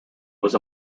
was